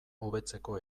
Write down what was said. hobetzeko